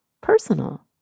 personal